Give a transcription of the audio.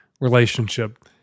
relationship